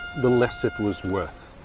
the less it was worth.